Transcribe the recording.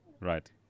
right